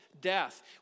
death